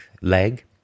leg